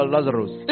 Lazarus